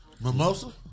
Mimosa